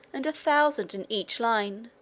and thousand in each line,